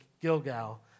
Gilgal